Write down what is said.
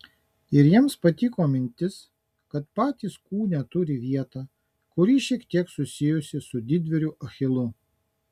ir jiems patiko mintis kad patys kūne turi vietą kuri šiek tiek susijusi su didvyriu achilu